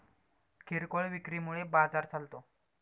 किरकोळ विक्री मुळे बाजार चालतो